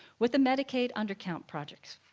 with the medicaid undercount projects.